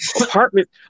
Apartment